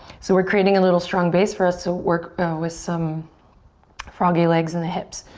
so we're creating a little strong base for us to work with some froggy legs in the hips.